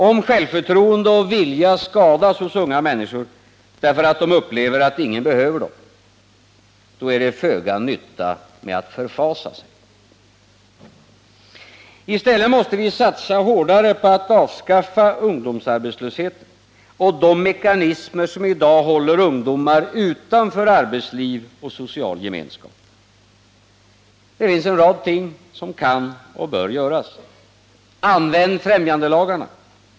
Om självförtroende och vilja skadas hos unga människor därför att de upplever att ingen behöver dem, då är det föga nytta med att förfasa sig. I stället måste vi satsa hårdare på att avskaffa ungdomsarbetslöshet och de mekanismer, som i dag håller ungdomar utanför arbetsliv och social gemenskap. Det finns en rad ting som kan och bör göras: Använd främjandelagarna!